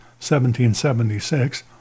1776